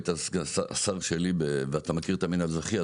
היית שר שלי ואתה מכיר את המינהל האזרחי,